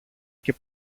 και